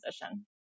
position